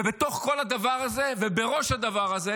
ובתוך כל הדבר הזה ובראש הדבר הזה